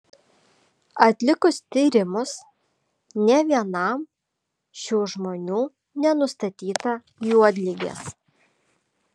atlikus tyrimus nė vienam šių žmonių nenustatyta juodligės